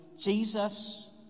Jesus